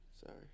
Sorry